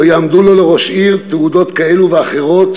לא יעמדו לו לראש עיר תעודות כאלה ואחרות